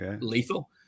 lethal